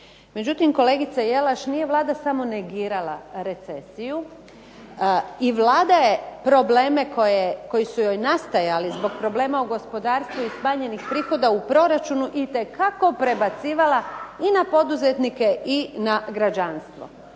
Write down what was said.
Međutim, kolegice Jelaš nije Vlada samo negirala recesiju i Vlada je problem koji su joj nastajali zbog problema u gospodarstvu i smanjenih prihoda u proračunu itekako prebacivala i na poduzetnike i na građanstvo.